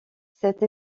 cette